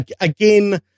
Again